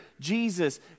Jesus